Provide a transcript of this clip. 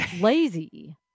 lazy